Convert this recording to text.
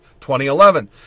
2011